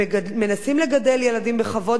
הם מנסים לגדל ילדים בכבוד,